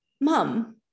mom